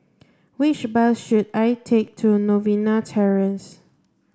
which bus should I take to Novena Terrace